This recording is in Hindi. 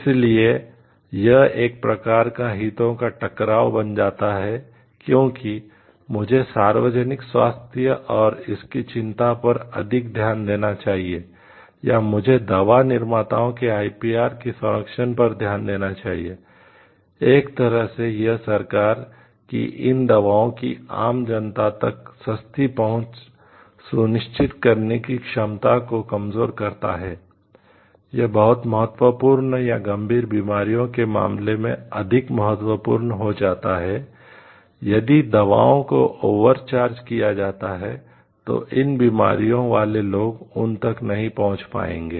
इसलिए यह एक प्रकार का हितों का टकराव बन जाता है क्योंकि मुझे सार्वजनिक स्वास्थ्य और इसकी चिंता पर अधिक ध्यान देना चाहिए या मुझे दवा निर्माताओं के आईपीआर किया जाता है तो इन बीमारियों वाले लोग उन तक नहीं पहुंच पाएंगे